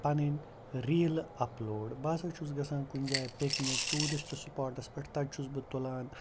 پَنٕنۍ ریٖلہٕ اَپلوڈ بہٕ ہسا چھُس گژھان کُنۍ جایہِ پِکنِک ٹوٗرِسٹ سٕپاٹَس پٮ۪ٹھ تَتہِ چھُس بہٕ تُلان